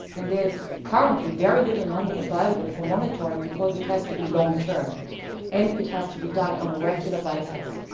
and there's currently very little money available for monitoring because it has to be long-term and it has to be done on a regular basis.